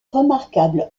remarquable